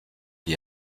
die